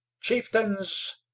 Chieftains